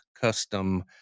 custom